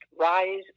rise